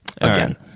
again